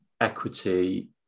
equity